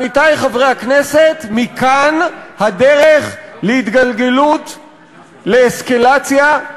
עמיתי חברי הכנסת, מכאן הדרך להתגלגלות, לאסקלציה,